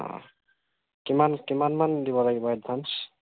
অ' কিমান কিমান মান দিব লাগিব এডভাঞ্চ